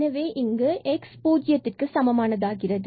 எனவே இங்கு x பூஜ்ஜியத்திற்க்கு சமம் ஆகிறது